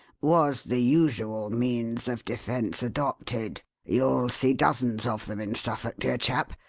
was the usual means of defence adopted you'll see dozens of them in suffolk, dear chap,